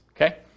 okay